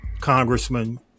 congressman